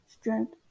strength